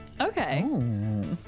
okay